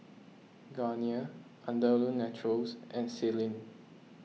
Garnier Andalou Naturals and Sealy